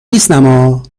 نیستما